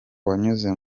wanyuze